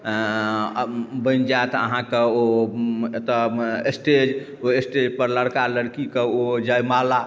बनि जाइत अहाँके ओ एतऽ स्टेज ओइ स्टेजपर लड़का लड़कीके ओ जयमाला